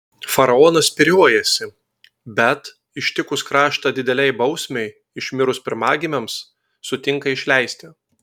faraonas spyriojasi bet ištikus kraštą didelei bausmei išmirus pirmagimiams sutinka išleisti